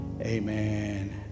amen